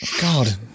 God